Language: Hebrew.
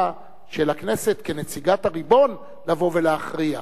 של הכנסת כנציגת הריבון לבוא ולהכריע.